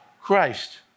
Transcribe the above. Christ